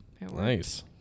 nice